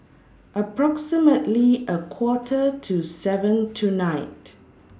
approximately A Quarter to seven tonight